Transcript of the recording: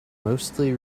mostly